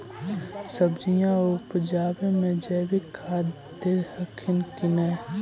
सब्जिया उपजाबे मे जैवीक खाद दे हखिन की नैय?